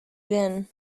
then